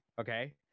okay